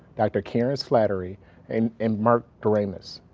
dr. karen slattery and and mark doremus.